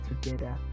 together